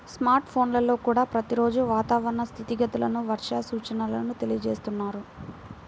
smart ఫోన్లల్లో కూడా ప్రతి రోజూ వాతావరణ స్థితిగతులను, వర్ష సూచనల తెలియజేస్తున్నారు